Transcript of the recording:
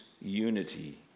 unity